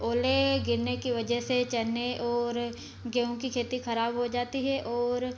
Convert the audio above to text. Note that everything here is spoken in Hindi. ओले गिरने की वजह से चने और गेहूँ की खेती खराब हो जाती हैं और